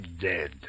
dead